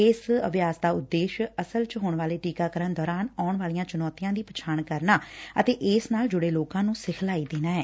ਇਸ ਪੁਰਵ ਅਭਿਆਸ ਦਾ ਉਦੇਸ਼ ਅਸਲ ਚ ਹੋਣ ਵਾਲੇ ਟੀਕਾਕਰਨ ਦੌਰਾਨ ਆਉਣ ਵਾਲੀਆਂ ਚੁਣੌਤੀਆਂ ਦੀ ਪਛਾਣ ਕਰਨਾ ਅਤੇ ਇਸ ਨਾਲ ਜਤੇ ਲੋਕਾਂ ਨੂੰ ਸਿਖਲਾਈ ਦੇਣਾ ਐ